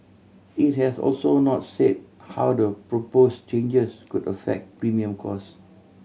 it has also not say how the propose changes could affect premium cost